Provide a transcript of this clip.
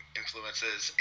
influences